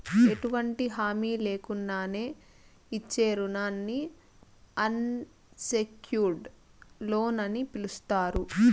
ఎటువంటి హామీ లేకున్నానే ఇచ్చే రుణానికి అన్సెక్యూర్డ్ లోన్ అని పిలస్తారు